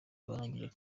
barangije